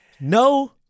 no